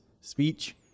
speech